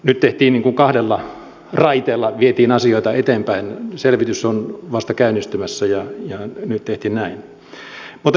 nyt tehtiin niin kuin kahdella raiteella vietiin asioita eteenpäin selvitys on vasta käynnistymässä ja nyt tehtiin näin